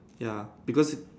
ya because it